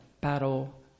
battle